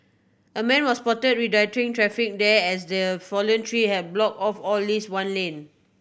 a man was spot redirecting traffic there as the fallen tree have block off or least one lane